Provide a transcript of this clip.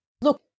Look